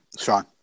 Sean